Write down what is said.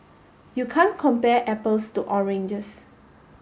you can't compare apples to oranges